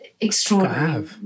extraordinary